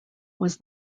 was